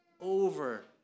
over